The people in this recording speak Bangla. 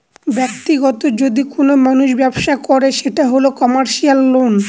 ব্যাক্তিগত যদি কোনো মানুষ ব্যবসা করে সেটা হল কমার্সিয়াল লোন